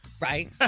Right